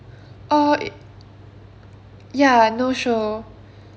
or ya no show